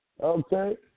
Okay